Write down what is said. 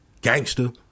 gangster